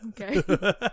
Okay